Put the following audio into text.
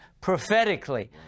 prophetically